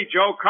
Joe